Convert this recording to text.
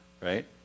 right